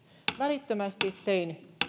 välittömästi tein